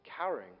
Cowering